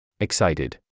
excited